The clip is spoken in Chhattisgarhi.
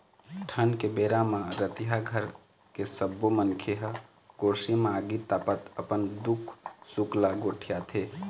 ठंड के बेरा म रतिहा घर के सब्बो मनखे ह गोरसी म आगी तापत अपन दुख सुख ल गोठियाथे